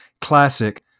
classic